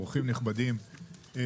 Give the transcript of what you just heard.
אורחים נכבדים,